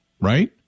Right